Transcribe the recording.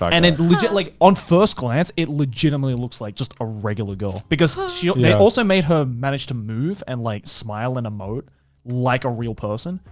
and it legit, like on first glance, it legitimately looks like just a regular girl because yeah they also made her manage to move and like smile and emote like a real person.